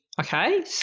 Okay